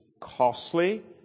costly